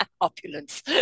opulence